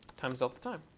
times delta time.